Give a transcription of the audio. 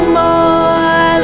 more